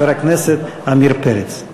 חבר הכנסת עמיר פרץ.